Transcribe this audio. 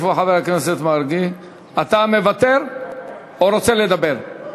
אתה מוותר או רוצה לדבר?